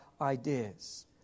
ideas